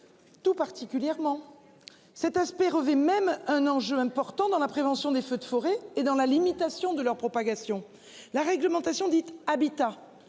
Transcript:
Tout particulièrement. Cet aspect revêt même un enjeu important dans la prévention des feux de forêt et dans la limite. De leur propagation, la réglementation dite Habitat